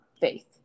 faith